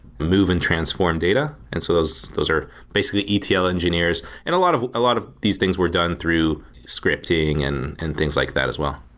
move and transform data. and so those those are basically etl engineers. and a lot of lot of these things were done through scripting and and things like that as well.